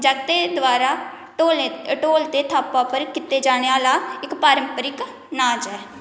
जगतें द्वारा ढोल ते थाप उप्पर कीते जाने आह्ला इक्क परम्परिक नाच ऐ